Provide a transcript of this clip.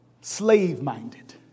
slave-minded